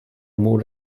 more